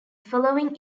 following